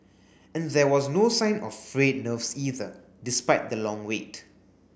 and there was no sign of frayed nerves either despite the long wait